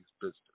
business